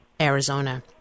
Arizona